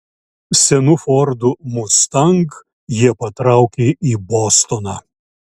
senu fordu mustang jie patraukė į bostoną